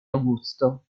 augusto